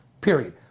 period